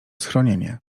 schronienie